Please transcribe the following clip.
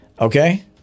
Okay